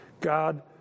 God